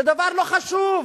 זה דבר לא חשוב.